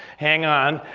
hang on,